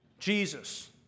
Jesus